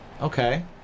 okay